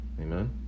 Amen